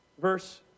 Verse